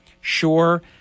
Sure